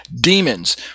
demons